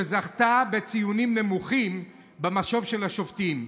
שזכתה בציונים נמוכים במשוב של השופטים.